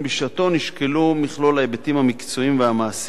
בשעתו נשקלו מכלול ההיבטים המקצועיים והמעשיים